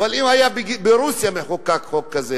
אבל אם היה ברוסיה מחוקק חוק כזה,